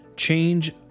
change